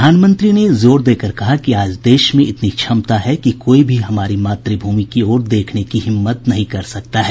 प्रधानमंत्री ने जोर देकर कहा कि आज देश में इतनी क्षमता है कि कोई भी हमारी मातृभूमि की ओर देखने की हिम्मत नहीं कर सकता है